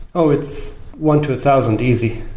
so it's one to a thousand easy.